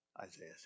Isaiah